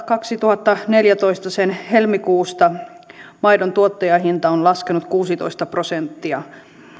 kaksituhattaneljätoista helmikuusta maidon tuottajahinta on laskenut kuusitoista prosenttia